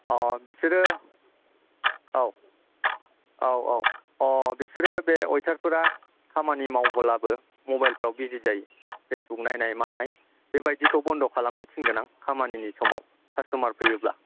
अ बिसोरो औ औ औ अ बिसोरो बे अयोटारफोरा खामानि मावब्लाबो मबाइलफ्राव बिजि जायो पेजबुक नायनाय मानाय बेबायदिखौ बन्ध' खालामनो थिनगोन आं खामानिनि समाव खास्थमार फैयोब्ला